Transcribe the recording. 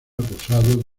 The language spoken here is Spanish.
acusado